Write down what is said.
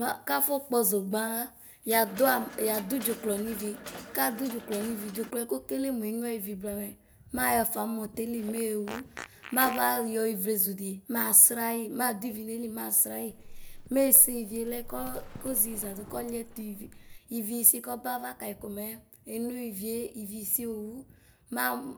Mʋ akafɔ kpɔ zogba la yadʋ dzʋklɔ nivi kadu dzʋklɔ nevi dzʋklɔɛ kokele mʋ enyʋa ivi blamɛ mɛ axafa nʋ mɔteli mewʋ maba yɔ ivlezʋ di mɛ asrayɩ madʋ ivi nayili masrayi mɛse ivilɛ koziza dʋ kɔliɛtʋ ivi ivisi kɔba ava kayi komɛ ɛnyo ivi sisi owʋ